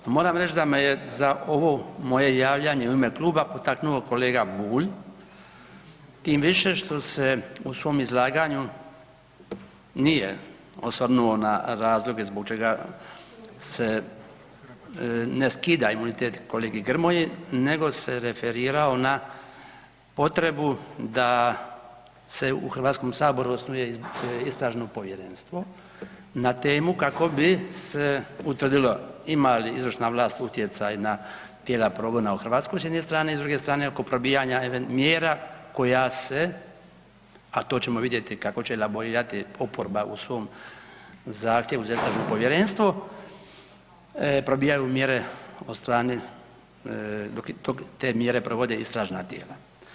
Moram reći da me je za ovo moje javljanje u ime kluba potaknuo kolega Bulj tim više što se u svom izlaganju nije osvrnuo na razloge zbog čega se ne skida imunitet kolegi Grmoji nego se referirao na potrebu da se u Hrvatskom saboru osnuje istražno povjerenstvo na temu kako bi se utvrdilo ima li izvršna vlast utjecaj na tijela progona u Hrvatskoj s jedne strane i s druge strane oko probijanja mjera koja se, a to ćemo vidjeti kako će elaborirati oporba u svom zahtjevu za istražno povjerenstvo, probijaju mjere od strane dok te mjere provode istražna tijela.